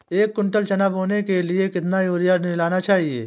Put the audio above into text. एक कुंटल चना बोने के लिए कितना यूरिया मिलाना चाहिये?